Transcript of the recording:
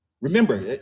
Remember